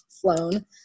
flown